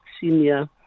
senior